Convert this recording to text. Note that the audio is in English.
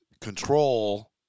control